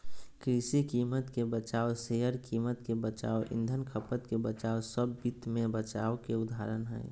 कृषि कीमत के बचाव, शेयर कीमत के बचाव, ईंधन खपत के बचाव सब वित्त मे बचाव के उदाहरण हय